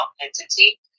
entity